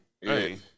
hey